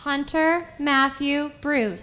hunter matthew bruce